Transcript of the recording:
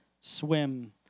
swim